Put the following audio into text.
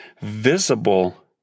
visible